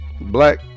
Black